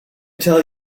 tell